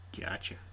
Gotcha